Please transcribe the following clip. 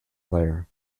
player